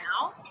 now